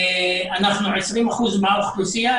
אנחנו 20% מהאוכלוסייה,